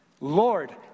Lord